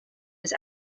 his